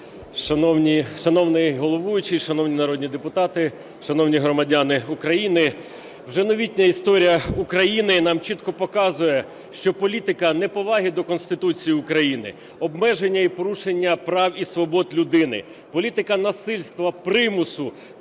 Шановний головуючий, шановні народні депутати, шановні громадяни України! Вже новітня історія України нам чітко показує, що політика неповаги до Конституції України, обмеження і порушення прав і свобод людини, політика насильства, примусу,